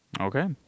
Okay